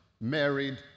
married